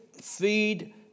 feed